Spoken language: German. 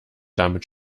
damit